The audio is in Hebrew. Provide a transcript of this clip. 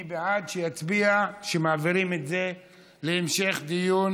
מי בעד להעביר את זה להמשך דיון